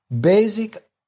basic